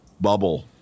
bubble